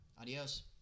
Adios